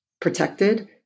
protected